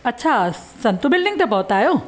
अछा संत बिल्डिंग ते पहुता आहियो